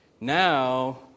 Now